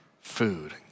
food